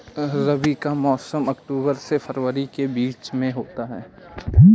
रबी का मौसम अक्टूबर से फरवरी के बीच में होता है